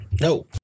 No